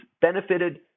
benefited